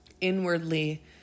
inwardly